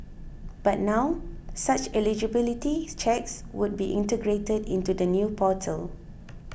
but now such eligibility checks would be integrated into the new portal